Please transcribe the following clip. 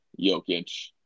Jokic